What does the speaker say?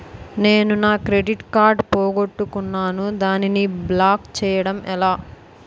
నేను నా credit card పోగొట్టుకున్నాను దానిని బ్లాక్ చేయడం ఎలా?